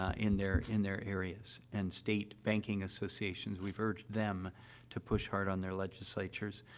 ah in their in their areas. and state banking associations, we've urged them to push hard on their legislatures, ah,